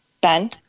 ben